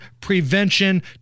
prevention